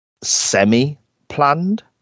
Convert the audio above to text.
semi-planned